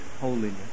holiness